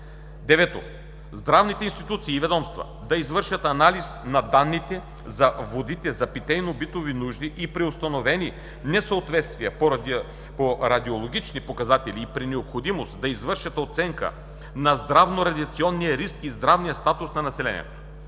IX. Здравните институции и ведомства, да извършват анализ на данните за водите за питейно-битови нужди и при установени несъответствия по радиологични показатели и при необходимост да извършват оценка на здравно-радиационния риск и здравния статус на населението.